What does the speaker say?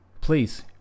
please